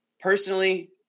Personally